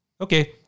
Okay